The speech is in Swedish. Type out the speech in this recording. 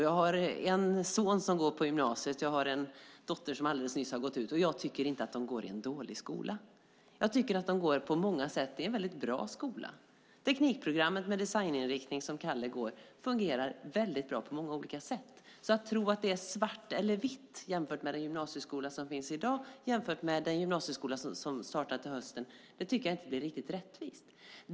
Jag har en son som går på gymnasiet och en dotter som alldeles nyligen gått ut, och jag tycker inte att de går i en dålig skola. Jag tycker att det på många sätt är en bra skola. Teknikprogrammet med designinriktning som Kalle går på fungerar mycket bra på många sätt. Att tro att det är svart eller vitt när man jämför dagens gymnasieskola med den gymnasieskola som startar till hösten blir inte riktigt rättvist.